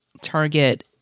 target